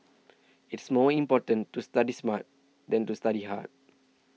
it is more important to study smart than to study hard